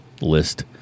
list